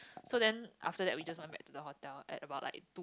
so then after that we just went back to the hotel at about like two